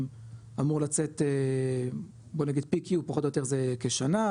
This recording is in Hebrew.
אמור לצאת בוא נגיד PQ פחות או יותר זה כשנה,